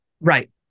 Right